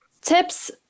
TIPS